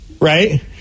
Right